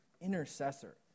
intercessor